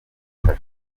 kure